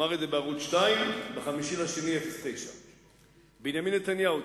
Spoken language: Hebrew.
הוא אמר את זה בערוץ-2 ב-5 בפברואר 2009. בנימין נתניהו,